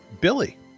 Billy